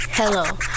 Hello